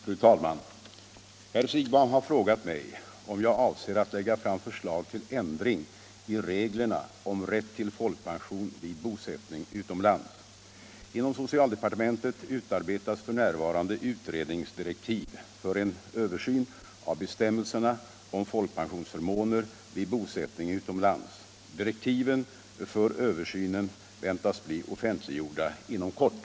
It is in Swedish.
67, och anförde: Fru talman! Herr Siegbahn har frågat mig om jag avser att lägga fram förslag till ändring i reglerna om rätt till folkpension vid bosättning utomlands. 139 Inom socialdepartementet utarbetas f.n. utredningsdirektiv för en översyn av bestämmelserna om folkpensionsförmåner vid bosättning utomlands. Direktiven för översynen väntas bli offentliggjorda inom kort.